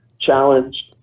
challenge